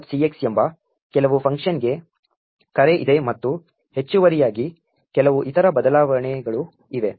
cx ಎಂಬ ಕೆಲವು function ಗೆ ಕರೆ ಇದೆ ಮತ್ತು ಹೆಚ್ಚುವರಿಯಾಗಿ ಕೆಲವು ಇತರ ಬದಲಾವಣೆಗಳೂ ಇವೆ